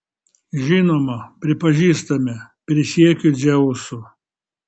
žinoma pripažįstame prisiekiu dzeusu